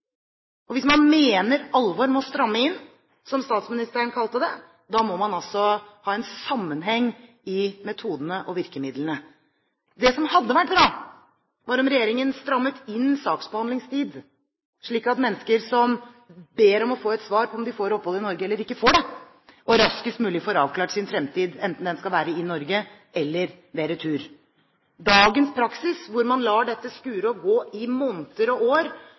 dom. Hvis man mener alvor med å stramme inn, som statsministeren kalte det, må man ha en sammenheng i metodene og virkemidlene. Det som hadde vært bra, var at regjeringen strammet inn saksbehandlingstiden, slik at mennesker som ber om å få et svar på om de får opphold i Norge eller ikke, får det – og raskest mulig får avklart sin fremtid, enten den skal være i Norge eller bety retur. Dagens praksis, hvor man lar dette skure og gå i måneder og år,